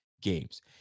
games